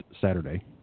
Saturday